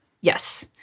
Yes